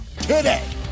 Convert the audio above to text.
today